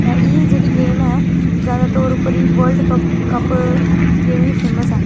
ते एह् जेहड़ी गेम ऐ ज्यादा तौर उप्पर एह् वर्ल्ड कप ताईं गै फेमस ऐ